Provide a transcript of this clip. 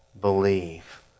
believe